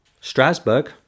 Strasbourg